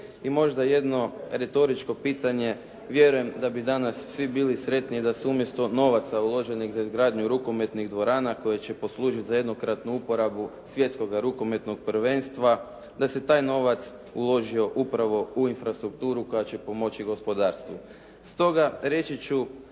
I možda jedno retoričko pitanje. Vjerujem da bi danas svi bili sretniji da su umjesto novaca uložili nego za izgradnju rukometnih dvorana koje će poslužiti za jednokratnu uporabu svjetskoga rukometnog prvenstva, da se taj novac uložio upravo u infrastrukturu koja će pomoći gospodarstvu.